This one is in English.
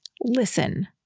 listen